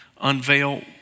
unveil